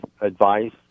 advice